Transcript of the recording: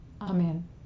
amen